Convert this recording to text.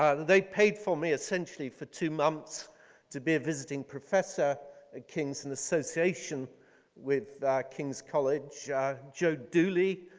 they paid for me essentially for two months to be a visiting professor at king's in association with king's college joe dooley,